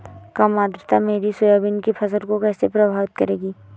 कम आर्द्रता मेरी सोयाबीन की फसल को कैसे प्रभावित करेगी?